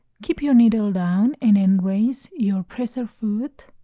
keep your needle down and then raise your presser foot,